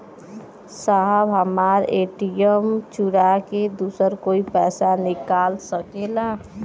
साहब हमार ए.टी.एम चूरा के दूसर कोई पैसा निकाल सकेला?